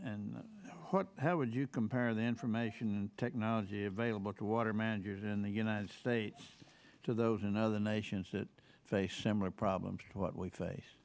and how would you compare the information technology available to water managers in the united states to those in other nations that face similar problems to what we face